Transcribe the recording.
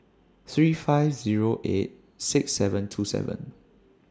three five Zero eight six seven two seven